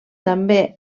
també